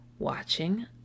watching